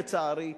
לצערי,